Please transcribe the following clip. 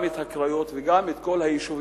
גם את הקריות וגם את כל היישובים,